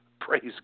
Praise